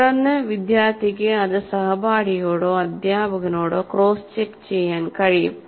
തുടർന്ന് വിദ്യാർത്ഥിക്ക് അത് സഹപാഠിയോടോ അധ്യാപകനോടോ ക്രോസ് ചെക്ക് ചെയ്യാൻ കഴിയും